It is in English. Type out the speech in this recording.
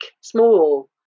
small